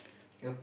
yup